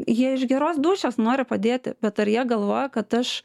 jie iš geros dūšios nori padėti bet ar jie galvoja kad aš